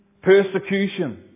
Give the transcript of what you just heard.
Persecution